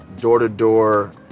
door-to-door